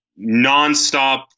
nonstop